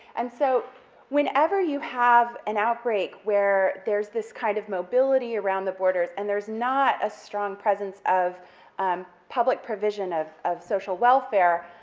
and so whenever you have an outbreak where there's this kind of mobility around the borders, and there's not a strong presence of um public provision of of social welfare,